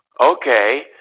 okay